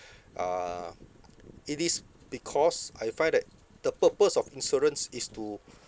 uh it is because I find that the purpose of insurance is to